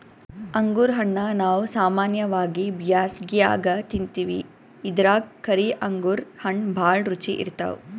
ಅಂಗುರ್ ಹಣ್ಣಾ ನಾವ್ ಸಾಮಾನ್ಯವಾಗಿ ಬ್ಯಾಸ್ಗ್ಯಾಗ ತಿಂತಿವಿ ಇದ್ರಾಗ್ ಕರಿ ಅಂಗುರ್ ಹಣ್ಣ್ ಭಾಳ್ ರುಚಿ ಇರ್ತವ್